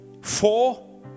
Four